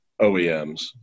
OEMs